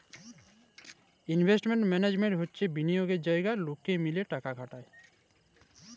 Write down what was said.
investment management হচ্যে বিলিয়গের জায়গা লকে মিলে টাকা খাটায়